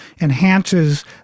enhances